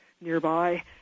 nearby